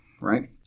Right